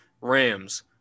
Rams